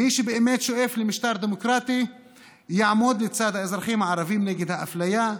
מי שבאמת שואף למשטר דמוקרטי יעמוד לצד האזרחים הערבים נגד האפליה,